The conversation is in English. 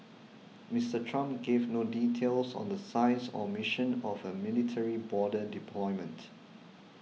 Mister Trump gave no details on the size or mission of a military border deployment